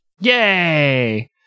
Yay